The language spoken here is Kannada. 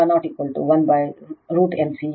ಆದ್ದರಿಂದ 2π f01√L C